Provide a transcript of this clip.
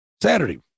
Saturday